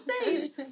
stage